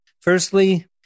Firstly